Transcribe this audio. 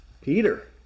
Peter